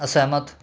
ਅਸਹਿਮਤ